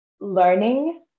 learning